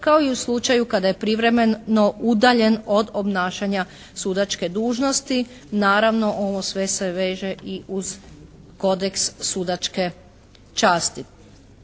kao i u slučaju kada je privremeno udaljen od obnašanja sudačke dužnosti. Naravno ovo sve se veže i uz kodeks sudačke časti.